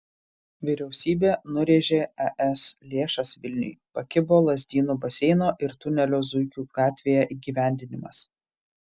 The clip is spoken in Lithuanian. vyriausybė nurėžė es lėšas vilniui pakibo lazdynų baseino ir tunelio zuikių gatvėje įgyvendinimas